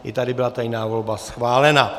I tady byla tajná volba schválena.